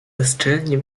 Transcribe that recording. bezczelnie